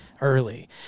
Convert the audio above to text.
early